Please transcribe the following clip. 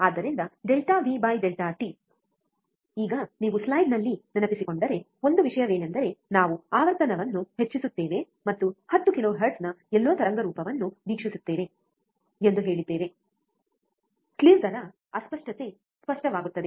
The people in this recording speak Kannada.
ಆದ್ದರಿಂದ ∆ವಿ ∆ಟಿ∆V ∆t ಈಗ ನೀವು ಸ್ಲೈಡ್ನಲ್ಲಿ ನೆನಪಿಸಿಕೊಂಡರೆ ಒಂದು ವಿಷಯವೆಂದರೆ ನಾವು ಆವರ್ತನವನ್ನು ಹೆಚ್ಚಿಸುತ್ತೇವೆ ಮತ್ತು 10 ಕಿಲೋಹೆರ್ಟ್ಜ್ನ ಎಲ್ಲೋ ತರಂಗರೂಪವನ್ನು ವೀಕ್ಷಿಸುತ್ತೇವೆ ಎಂದು ಹೇಳಿದ್ದೇವೆ ಸ್ಲೀವ್ ದರ ಅಸ್ಪಷ್ಟತೆ ಸ್ಪಷ್ಟವಾಗುತ್ತದೆ